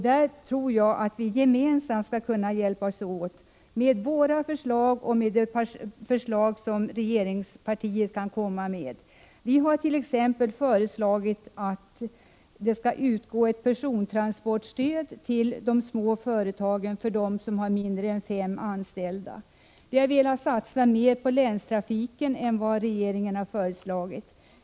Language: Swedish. Där tror jag att vi gemensamt skall kunna arbeta med våra förslag och med de förslag som regeringspartiet kan komma med. Vi har t.ex. föreslagit att det skall utgå ett persontransportstöd till de små företagen med mindre än fem anställda. Vi har velat satsa mer på länstrafiken än regeringen.